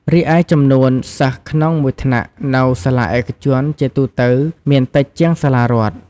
រីឯចំនួនសិស្សក្នុងមួយថ្នាក់នៅសាលាឯកជនជាទូទៅមានតិចជាងសាលារដ្ឋ។